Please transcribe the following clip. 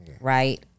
right